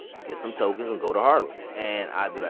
get some tokens, and go to harlem. and i'd and